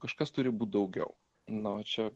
kažkas turi būt daugiau na o čia